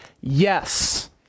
yes